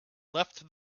left